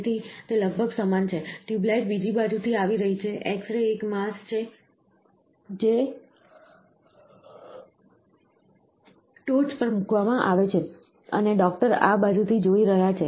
તેથી તે લગભગ સમાન છે ટ્યુબ લાઇટ બીજી બાજુથી આવી રહી છે એક્સ રે એક માસ છે જે ટોચ પર મૂકવામાં આવે છે અને ડોક્ટર આ બાજુથી જોઈ રહ્યા છે